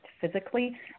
physically